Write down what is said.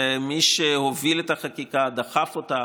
ומי שהוביל את החקיקה ודחף אותה,